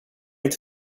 inte